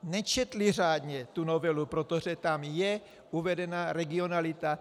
Nečetli řádně novelu, protože tam je uvedena regionalita.